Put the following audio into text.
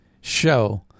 show